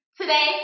Today